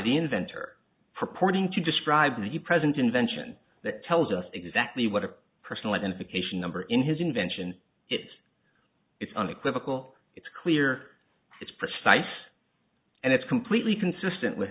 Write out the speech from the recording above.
the inventor purporting to describe the present invention that tells us exactly what a personal identification number in his invention is it's unequivocal it's clear it's precise and it's completely consistent with